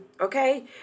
Okay